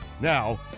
now